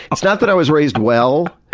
it's not that i was raised well,